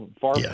far